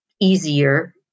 easier